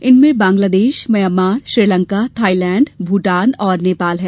इनमें Bangladesh Myanmar Sri Lanka Thailand Bhutan और नेपाल है